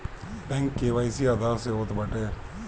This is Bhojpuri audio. बैंक के.वाई.सी आधार से होत बाटे